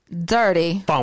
dirty